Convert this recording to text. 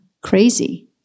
Crazy